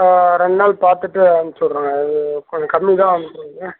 ஆ ரெண்டுநாள் பார்த்துட்டு அனுப்புச்சி விட்றேங்க அது கொஞ்சம் கம்மிதான்